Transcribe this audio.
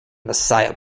messiah